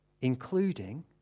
including